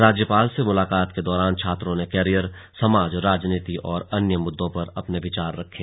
राज्यपाल से मुलाकात के दौरान छात्रों ने कैरियर समाज राजनीति और अन्य मुद्दों पर अपने विचार रखे